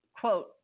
quote